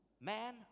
Man